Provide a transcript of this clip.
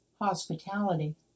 hospitality